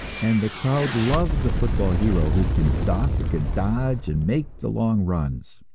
and the crowd loves the football hero who can duck and dodge and make the long runs.